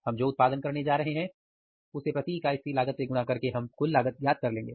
हम जो उत्पादन करने जा रहे उसे प्रति इकाई स्थिर लागत से गुणा करके कुल लागत ज्ञात कर लेंगे